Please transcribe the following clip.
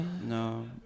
No